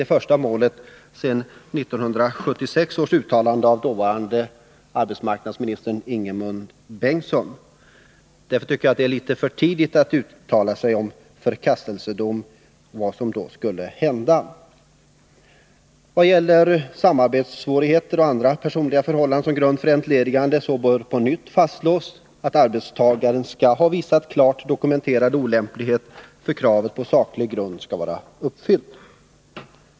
det första sedan 1976 års uttalande av dåvarande arbetsmarknadsministern Ingemund Bengtsson. Det är enligt min uppfattning för tidigt att uttala någon förkastelsedom och att diskutera vad som skulle kunna komma att hända. Vad gäller samarbetssvårigheter och andra personliga förhållanden som grund för entledigande bör på nytt fastslås att arbetstagaren skall ha visat en klart dokumenterad olämplighet för att kravet på saklig grund skall vara uppfyllt.